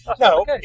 No